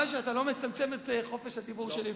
תודה רבה שאתה לא מצמצם את חופש הדיבור שלי.